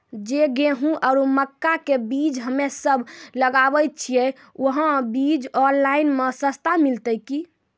जे गेहूँ आरु मक्का के बीज हमे सब लगावे छिये वहा बीज ऑनलाइन मे सस्ता मिलते की?